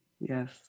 yes